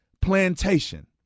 plantation